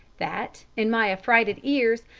that, in my affrighted ears,